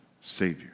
Savior